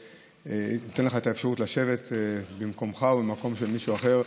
אני נותן לך את האפשרות לשבת במקומך או במקום של מישהו אחר.